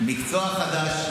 מקצוע חדש.